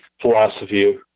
philosophy